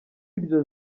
iryo